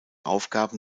aufgaben